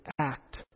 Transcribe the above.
act